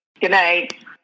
Goodnight